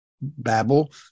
babble